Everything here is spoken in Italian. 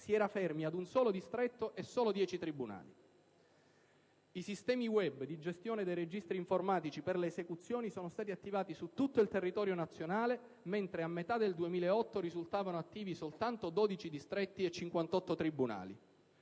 si era fermi ad un solo distretto e dieci tribunali. I sistemi *web* di gestione dei registri informatici per le esecuzioni sono stati attivati su tutto il territorio nazionale, mentre a metà del 2008 risultavano attivi soltanto 12 distretti e 58 tribunali.